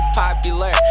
popular